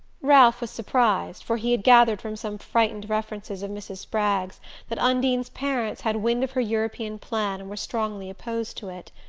ralph was surprised, for he had gathered from some frightened references of mrs. spragg's that undine's parents had wind of her european plan and were strongly opposed to it.